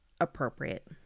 appropriate